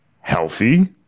healthy